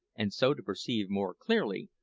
and so to perceive more clearly,